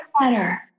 better